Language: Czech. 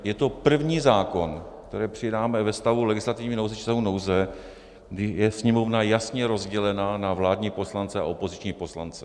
Je to první zákon, který přijímáme ve stavu legislativní nouze, kdy je Sněmovna jasně rozdělena na vládní poslance a opoziční poslance.